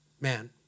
Man